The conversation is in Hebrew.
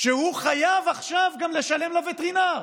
שהוא חייב עכשיו גם לשלם לווטרינר,